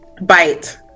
Bite